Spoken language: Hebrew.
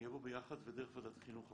שנהיה בו ביחד ודרך ועדת חינוך הפעם,